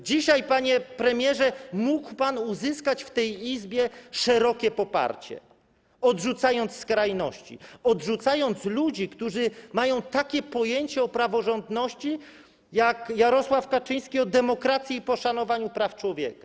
Dzisiaj, panie premierze, mógł pan uzyskać w tej Izbie szerokie poparcie, odrzucając skrajności, odrzucając ludzi, którzy mają takie pojęcie o praworządności jak Jarosław Kaczyński o demokracji i poszanowaniu praw człowieka.